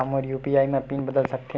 का मोर UPI PIN बदल सकथे?